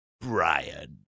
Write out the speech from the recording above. Brian